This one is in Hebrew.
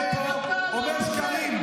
אומר שקרים.